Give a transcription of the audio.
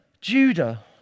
Judah